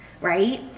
right